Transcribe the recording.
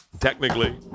Technically